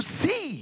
see